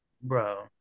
Bro